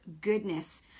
goodness